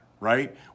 Right